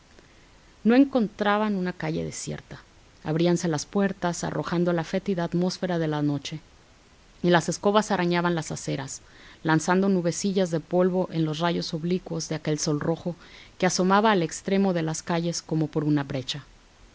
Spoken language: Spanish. no encontraban una calle desierta abríanse las puertas arrojando la fétida atmósfera de la noche y las escobas arañaban las aceras lanzando nubecillas de polvo en los rayos oblicuos de aquel sol rojo que asomaba al extremo de las calles como por una brecha